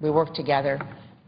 we worked together